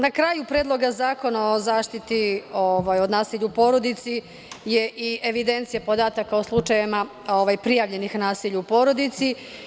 Na kraju Predloga zakona o zaštiti od nasilja u porodici je i evidencija podataka o slučajevima prijavljenih nasilja u porodici.